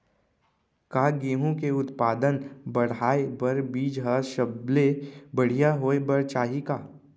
का गेहूँ के उत्पादन का बढ़ाये बर बीज ह सबले बढ़िया होय बर चाही का?